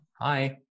Hi